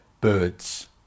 birds